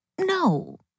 No